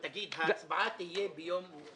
ההצבעה תהיה ביום ראשון.